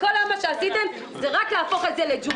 בינתיים כל מה שעשיתם היום זה רק להפוך את זה לג'ונגל.